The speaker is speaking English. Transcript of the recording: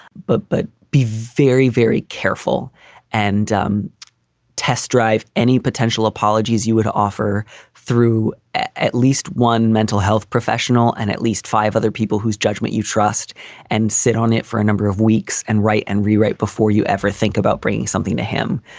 but but be very, very careful and um test drive any potential apologies you have to offer through at at least one mental health professional and at least five other people whose judgment you trust and sit on it for a number of weeks and write and rewrite before you ever think about bringing something to him.